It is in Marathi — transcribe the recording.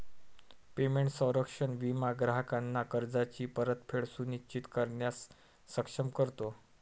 पेमेंट संरक्षण विमा ग्राहकांना कर्जाची परतफेड सुनिश्चित करण्यास सक्षम करतो